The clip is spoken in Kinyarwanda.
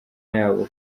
yabo